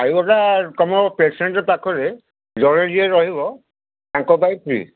ଖାଇବାଟା ତମ ପେସେଣ୍ଟ୍ ପାଖରେ ଜଣେ ଯିଏ ରହିବ ତାଙ୍କପାଇଁ ଫ୍ରି